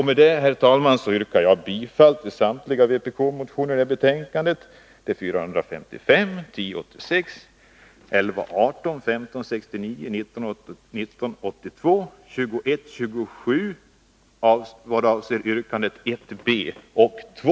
Med detta, herr talman, yrkar jag bifall till samtliga vpk-motioner som behandlas i betänkandet, nämligen 455, 1086, 1118, 1569, 1982 och 2127 yrkande 1 b och 2.